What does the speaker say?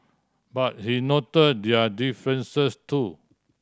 but he note their differences too